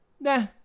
Nah